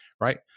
right